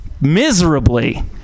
miserably